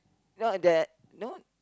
not that no